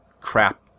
crap